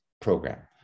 program